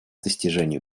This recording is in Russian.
достижению